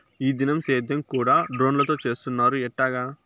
ఈ దినం సేద్యం కూడ డ్రోన్లతో చేస్తున్నారు ఎట్టాగా